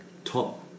top